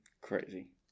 Crazy